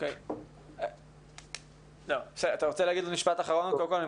אני מסכים להתייחסות שלך, אבל משפט אחרון.